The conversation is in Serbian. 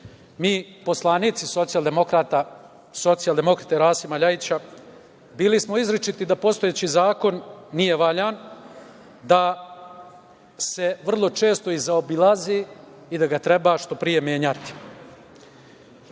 poslanici Socijaldemokratske partije Srbije, Rasima LJajića, bili smo izričiti da postojeći zakon nije valjan, da se vrlo često i zaobilazi i da ga treba što pre menjati.